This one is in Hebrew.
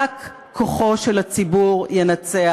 רק כוחו של הציבור ינצח.